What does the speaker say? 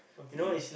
okay